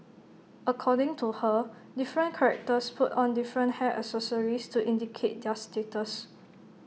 according to her different characters put on different hair accessories to indicate their status